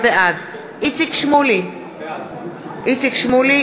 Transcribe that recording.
בעד איציק שמולי, בעד